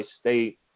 state